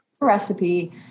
recipe